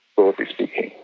broadly speaking,